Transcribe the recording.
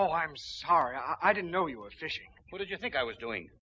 oh i'm sorry i didn't know you were fishing but if you think i was doing